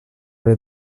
did